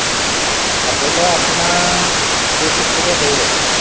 আপেলৰ আপোনাৰ টু ফিফটিকৈ পৰিব